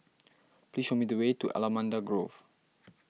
please show me the way to Allamanda Grove